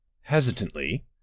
Hesitantly